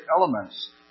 elements